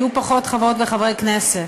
היו פחות חברות וחברי כנסת,